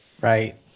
Right